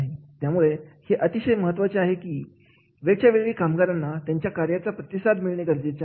त्यामुळे हे अतिशय महत्त्वाचे आहे की वेळच्या वेळी कामगारांना त्यांच्या कार्याचा प्रतिसाद मिळणे गरजेचे आहे